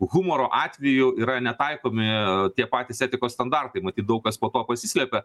humoro atveju yra netaikomi tie patys etikos standartai matyt daug kas po to pasislepia